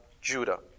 Judah